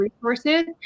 resources